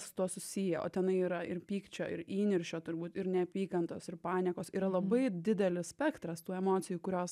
su tuo susiję o tenai yra ir pykčio ir įniršio turbūt ir neapykantos ir paniekos yra labai didelis spektras tų emocijų kurios